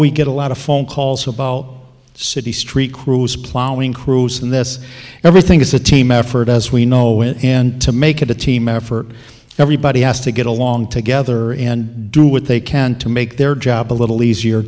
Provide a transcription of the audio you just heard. we get a lot of phone calls of all city street crews plowing crews in this everything is a team effort as we know it and to make it a team effort everybody has to get along together and do what they can to make their job a little easier